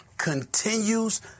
continues